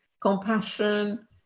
compassion